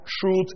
truth